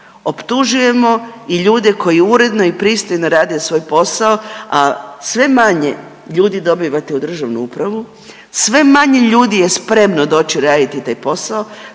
optužujemo i ljude koji uredno i pristojno rade svoj posao, a sve manje ljudi dobivate u državnu upravu, sve manje ljudi je spremno doći raditi taj posao,